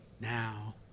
Now